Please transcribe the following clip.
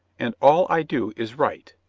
and all i do is right.